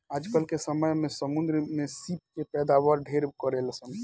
आजकल के समय में समुंद्र में सीप के पैदावार ढेरे करेलसन